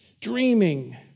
dreaming